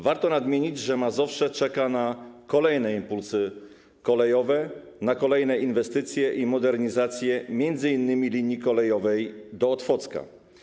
Warto nadmienić, że Mazowsze czeka na kolejne impulsy kolejowe, na kolejne inwestycje i modernizacje, m.in. linii kolejowej do Otwocka.